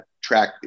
track